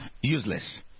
useless